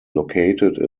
located